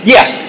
Yes